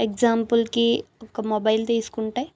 ఎగ్జాంపుల్కి ఒక మొబైల్ తీసుకుంటే